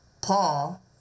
Paul